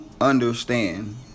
understand